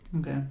Okay